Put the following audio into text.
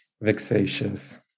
vexatious